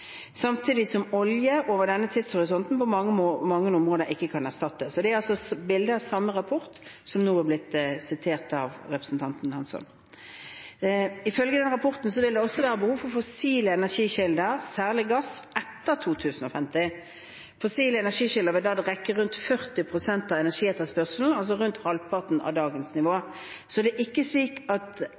samtidig som olje over denne tidshorisonten på mange områder ikke kan erstattes. Det er bilder fra den samme rapporten som representanten Hansson nå har referert fra. Ifølge rapporten vil det også være behov for fossile energikilder – særlig gass – etter 2050. Fossile energikilder vil da dekke rundt 40 pst. av energietterspørselen, altså rundt halvparten av dagens nivå. Så det er ikke slik at det ikke vil være behov for det, eller at